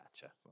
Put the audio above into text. Gotcha